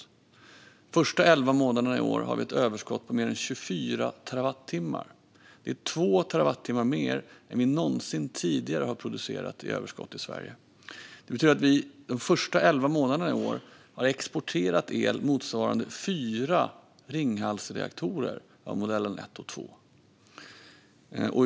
Under de första elva månaderna i år hade Sverige ett överskott på mer än 24 terawattimmar, vilket var 2 terawattimmar mer än vi någonsin tidigare har producerat i överskott. Det betyder att vi under de första elva månaderna i år exporterade el motsvararande fyra Ringhalsreaktorer av modell 1 och 2.